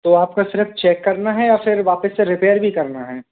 तो आपको सिर्फ चेक करना है या फिर वापस से रिपेयर भी करना है